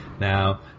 Now